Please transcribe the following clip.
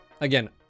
again